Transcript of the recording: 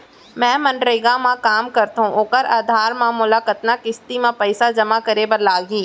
मैं मनरेगा म काम करथो, ओखर आधार म मोला कतना किस्ती म पइसा जेमा करे बर लागही?